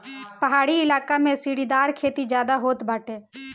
पहाड़ी इलाका में सीढ़ीदार खेती ज्यादा होत बाटे